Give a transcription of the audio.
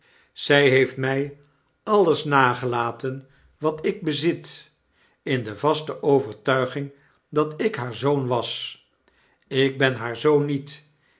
zy heeft my alles nagelaten wat ik bezit in de vaste overtuiging dat ik haar zoon was ik ben haar zoon niet